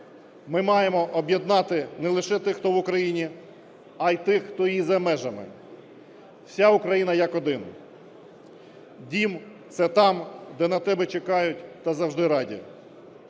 Ми маємо об'єднати не лише тих, хто в Україні, а й тих, хто і за межами, вся Україна як один. Дім – це там, де на тебе чекають та завжди раді.